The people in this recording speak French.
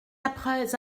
après